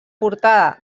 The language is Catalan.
portada